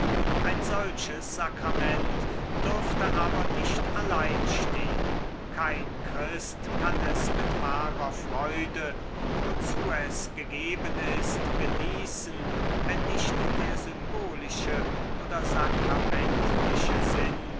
ein solches sakrament dürfte aber nicht allein stehen kein christ kann es mit wahrer freude wozu es gegeben ist genießen wenn nicht der symbolische oder sakramentliche sinn